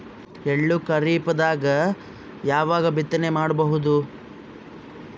ಎಳ್ಳು ಖರೀಪದಾಗ ಯಾವಗ ಬಿತ್ತನೆ ಮಾಡಬಹುದು?